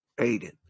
Aiden